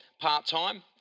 part-time